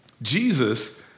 Jesus